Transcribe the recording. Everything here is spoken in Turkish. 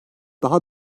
daha